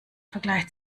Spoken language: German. vergleich